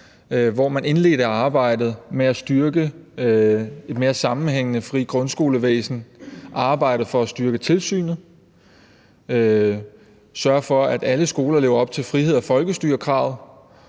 hvor man indledte arbejdet med at styrke et mere sammenhængende frit grundskolevæsen, arbejdet for at styrke tilsynet og sørge for, at alle skoler lever op til frihed og folkestyre-kravet,